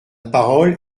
parole